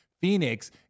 Phoenix